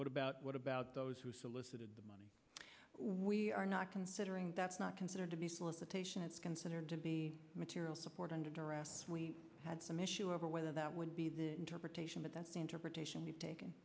what about what about those who solicited the money we are not considering that's not considered to be solicitation is considered to be material support under duress we had some issue over whether that would be the interpretation but that's the interpretation